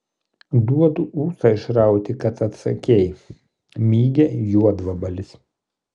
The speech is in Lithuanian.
duodu ūsą išrauti kad atsakei mygia juodvabalis